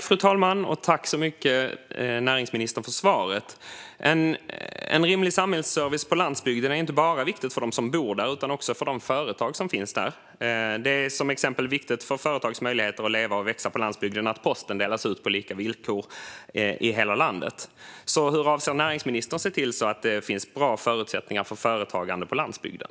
Fru talman! Tack så mycket, näringsministern, för svaret! En rimlig samhällsservice på landsbygden är inte bara viktig för dem som bor där utan också för de företag som finns där. Det är till exempel viktigt för företags möjligheter att leva och växa på landsbygden att posten delas ut på lika villkor i hela landet. Hur avser näringsministern att se till att det finns bra förutsättningar för företagande på landsbygden?